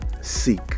seek